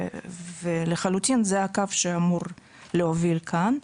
לחלוטין זה הקו שאמור להוביל כאן.